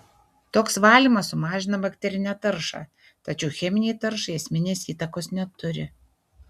toks valymas sumažina bakterinę taršą tačiau cheminei taršai esminės įtakos neturi